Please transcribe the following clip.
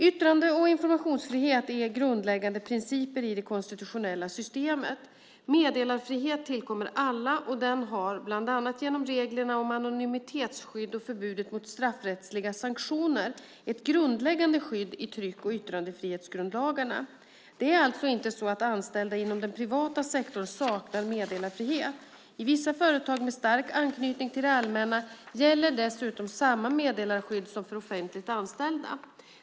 Yttrande och informationsfrihet är grundläggande principer i det konstitutionella systemet. Meddelarfrihet tillkommer alla, och den har bland annat genom reglerna om anonymitetsskydd och förbudet mot straffrättsliga sanktioner ett grundläggande skydd i tryck och yttrandefrihetsgrundlagarna. Det är alltså inte så att anställda inom den privata sektorn saknar meddelarfrihet. I vissa företag med stark anknytning till det allmänna gäller dessutom samma meddelarskydd som för offentligt anställda.